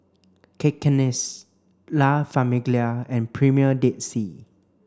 Cakenis La Famiglia and Premier Dead Sea